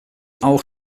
auch